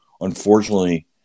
Unfortunately